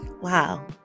wow